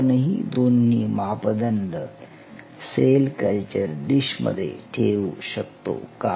आपणही दोन्ही मापदंड सेल कल्चर डिश मध्ये ठेवू शकतो का